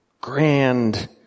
grand